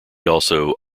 also